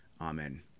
Amen